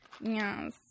Yes